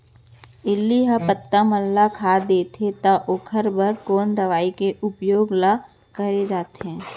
इल्ली ह पत्ता मन ला खाता देथे त ओखर बर कोन दवई के उपयोग ल करे जाथे?